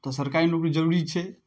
तऽ सरकारी नौकरी जरूरी छै